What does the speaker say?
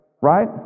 right